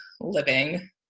living